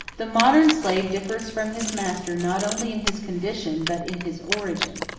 the modern slave differs from his master not only in his condition, but in his origin.